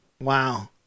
Wow